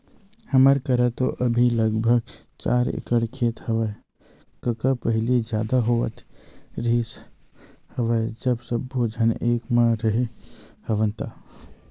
हमर करा तो अभी लगभग चार एकड़ खेत हेवय कका पहिली जादा होवत रिहिस हवय जब सब्बो झन एक म रेहे हवन ता